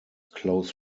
close